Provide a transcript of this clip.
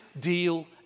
deal